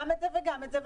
גם את זה וגם את זה,